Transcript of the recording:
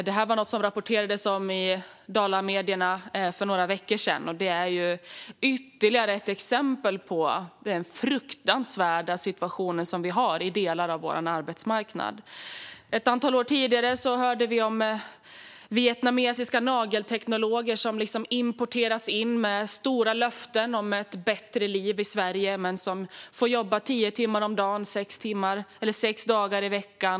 Detta är något som det rapporterades om i dalamedierna för några veckor sedan och är ytterligare ett exempel på den fruktansvärda situationen i delar av vår arbetsmarknad. För ett antal år sedan hörde vi om vietnamesiska nagelteknologer som importeras in med stora löften om ett bättre liv i Sverige men som får jobba tio timmar om dagen sex dagar i veckan.